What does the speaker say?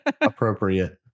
Appropriate